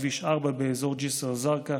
כביש 4 באזור ג'יסר א-זרקא,